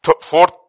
Fourth